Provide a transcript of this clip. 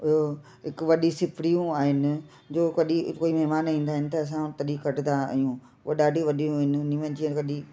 ॿियों हिकु वॾी सिपरियूं आहिनि जो कॾहिं कोई महिमान ईंदा आहिनि त असां उहो तॾहिं कॾंदा आहियूं उहे ॾाढियूं वॾियूं आहिनि हुनमें जीअं कॾहिं